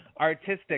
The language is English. artistic